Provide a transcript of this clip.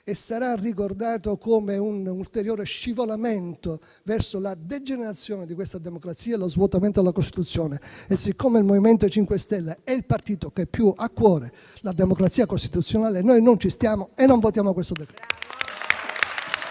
sarà ricordata come un ulteriore scivolamento verso la degenerazione di questa democrazia e lo svuotamento della Costituzione. E siccome il MoVimento 5 Stelle è il partito che più ha a cuore la democrazia costituzionale, noi non ci stiamo e non votiamo questo decreto.